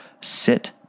Sit